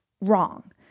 wrong